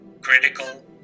critical